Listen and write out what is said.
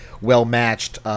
well-matched